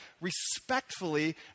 respectfully